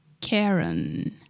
Karen